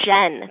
Jen